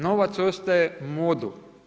Novac ostaje modul.